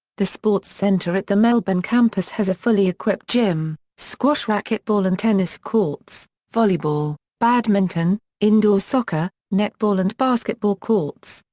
the sports centre at the melbourne campus has a fully equipped gym, squash racquetball and tennis courts, volleyball, badminton, indoor soccer, netball and basketball courts,